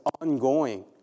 ongoing